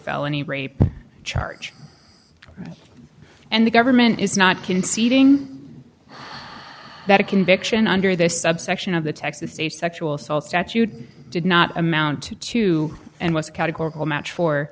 felony rape charge and the government is not conceding that a conviction under this subsection of the texas state sexual assault statute did not amount to two and was a match for